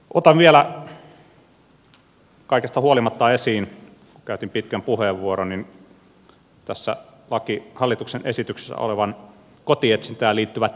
otan vielä kaikesta huolimatta esiin kun käytin pitkän puheenvuoron tässä hallituksen esityksessä olevat kotietsintään liittyvät ilmoitukset